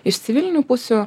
iš civilinių pusių